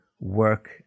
work